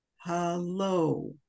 Hello